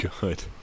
good